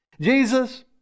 Jesus